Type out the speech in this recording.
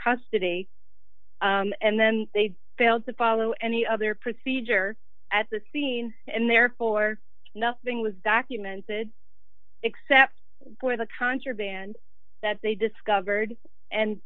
custody and then they failed to follow any other procedure at the scene and therefore nothing was documented except for the concert and that they discovered